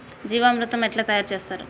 జీవామృతం ఎట్లా తయారు చేత్తరు?